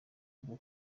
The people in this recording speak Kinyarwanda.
bwo